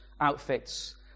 outfits